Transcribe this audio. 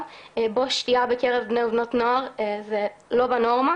בו שתיה בקרב בני ובנות נוער זה לא בנורמה.